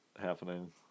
happening